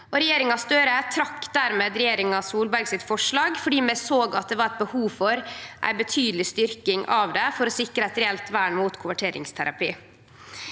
Regjeringa Støre trekte dermed regjeringa Solberg sitt forslag, fordi vi såg at det var behov for ei betydeleg styrking av det for å sikre eit reelt vern mot konverteringsterapi.